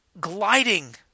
gliding